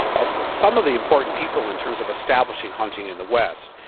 ah of some of the important people in terms of establishing hunting in the west,